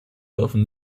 dürfen